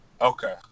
Okay